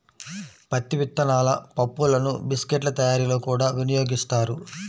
పత్తి విత్తనాల పప్పులను బిస్కెట్ల తయారీలో కూడా వినియోగిస్తారు